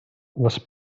les